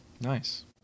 Nice